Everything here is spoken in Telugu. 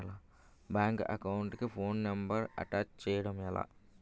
బ్యాంక్ అకౌంట్ కి ఫోన్ నంబర్ అటాచ్ చేయడం ఎలా?